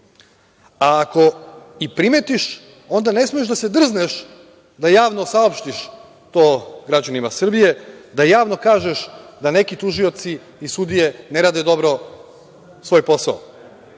A ako i primetiš, onda ne smeš da se drzneš da javno saopštiš to građanima Srbije, da javno kažeš da neki tužioci i sudije ne rade dobro svoj posao.